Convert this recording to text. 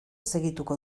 segituko